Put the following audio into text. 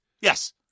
yes